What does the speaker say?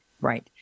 right